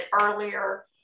earlier